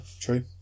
true